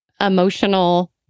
emotional